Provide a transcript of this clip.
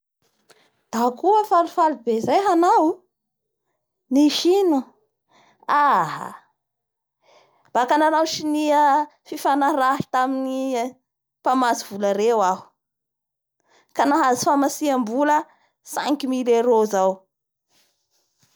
Da koa falifay be zay hanao nisy ino?aha baka nanao sonia fifanarahy tamin'ny e-mpamatsy vola reo aho ka anaho famatsiambola cinq miles euro zao.